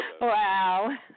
Wow